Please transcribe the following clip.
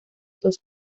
dos